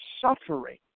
suffering